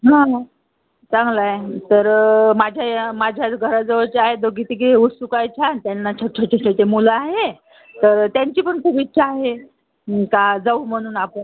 हां चांगला आहे तर माझ्या या माझ्याच घराजवळच्या आहेत दोघी तिघी उत्सुक आहे छान त्यांना छट् छोटे छोटे मुलं आहे तर त्यांची पण खूप इच्छा आहे का जाऊ म्हणून आपण